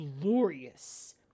glorious